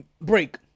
Break